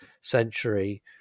century